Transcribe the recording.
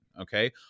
Okay